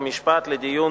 חוק ומשפט לדיון